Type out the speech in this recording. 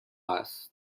است